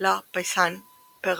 La Paysanne Pervertie.